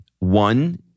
One